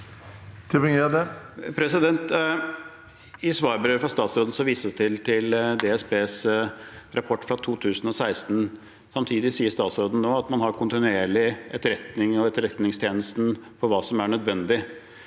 I svar- brevet fra statsråden vises det til DSBs rapport fra 2016. Samtidig sier statsråden nå at man har kontinuerlig etterretning fra Etterretningstjenesten om hva som er nødvendig.